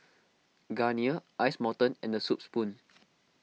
Garnier Ice Mountain and the Soup Spoon